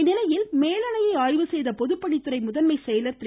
இதனிடையே மேலணையை ஆய்வு செய்த பொதுப்பணித்துறை முதன்மை செயலர் திரு